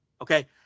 Okay